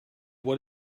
what